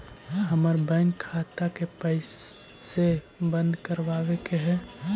हमर बैंक खाता के कैसे बंद करबाबे के है?